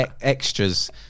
extras